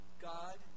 God